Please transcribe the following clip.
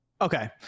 Okay